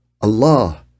Allah